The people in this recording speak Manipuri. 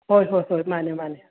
ꯍꯣꯏ ꯍꯣꯏ ꯍꯣꯏ ꯃꯥꯅꯤ ꯃꯥꯅꯤ